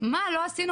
'מה לא עשינו